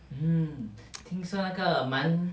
听说那个蛮